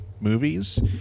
movies